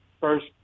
first